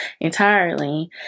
entirely